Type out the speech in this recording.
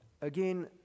again